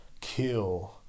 kill